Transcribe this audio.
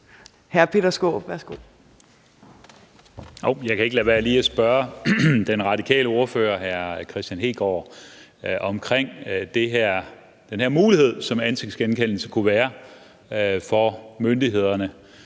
Jeg kan ikke lade være lige at spørge den radikale ordfører, hr. Kristian Hegaard, til den her mulighed, som ansigtsgenkendelse kunne være for myndighederne,